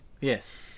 Yes